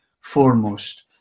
foremost